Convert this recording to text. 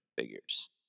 figures